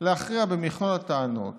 להכריע במכלול הטענות